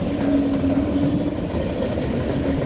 मोजां मोजां ना मोनो बेफोरखौ जोङो